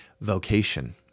vocation